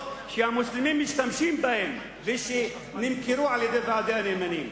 שהמוסלמים משתמשים בהם ונמכרו על-ידי ועדי הנאמנים.